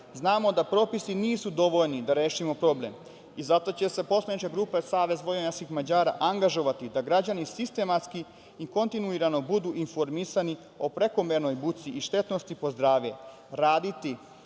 znamo da propisi nisu dovoljni da rešimo problem i zato će se poslanička grupa SVM angažovati da građani sistematski i kontinuirano budu informisani o prekomernoj buci i štetnosti po zdrave, raditi